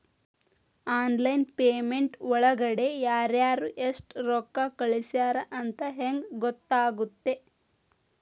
Online payment ಒಳಗಡೆ ಯಾರ್ಯಾರು ಎಷ್ಟು ರೊಕ್ಕ ಕಳಿಸ್ಯಾರ ಅಂತ ಹೆಂಗ್ ಗೊತ್ತಾಗುತ್ತೆ?